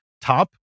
top